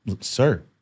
sir